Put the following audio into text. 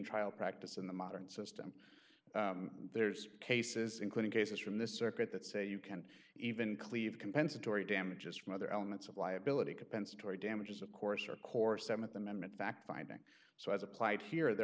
trial practice in the modern system there's cases including cases from this circuit that say you can't even cleave compensatory damages from other elements of liability compensatory damages of course or course th amendment fact finding so as applied here their